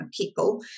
people